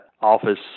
Office